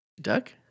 Duck